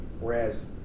whereas